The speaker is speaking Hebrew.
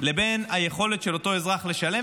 לבין היכולת של אותו אזרח לשלם,